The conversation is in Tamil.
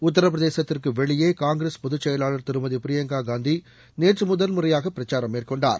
உத்தரப்பிரதேசத்திற்கு வெளியே காங்கிரஸ் பொதுச் செயலாளர் திருமதி பிரியங்கா காந்தி நேற்று முதல் முறையாக பிரச்சாரம் மேற்கொண்டார்